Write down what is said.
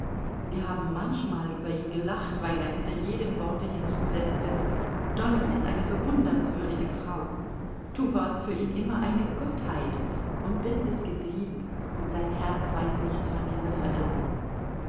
wir haben manchmal über ihn gelacht weil er hinter jedem worte hinzusetzte dolly ist eine bewundernswürdige frau du warst für ihn immer eine gottheit und bist es geblieben und sein herz weiß nichts von dieser verirrung